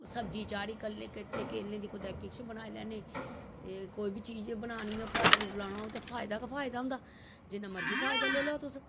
सब्जी चाढ़ी कच्चें केलें दी ते किश बनाई लैन्ने तेे कोई बी चीज़ बनानी ऐ फल फ्रूट लाना होऐ ते फायदा गै फायदा होंदा जिन्ना मर्जी फायदा लेई लैओ तुस